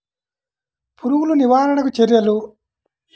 పురుగులు నివారణకు చర్యలు?